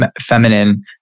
feminine